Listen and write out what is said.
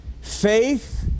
Faith